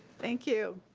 thank you.